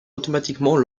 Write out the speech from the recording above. automatiquement